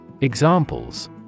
Examples